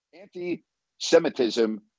anti-Semitism